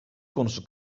konusu